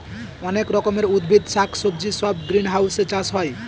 অনেক রকমের উদ্ভিদ শাক সবজি সব গ্রিনহাউসে চাষ হয়